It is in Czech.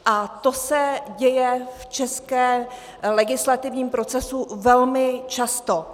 A to se děje v českém legislativním procesu velmi často.